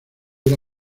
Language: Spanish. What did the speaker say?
era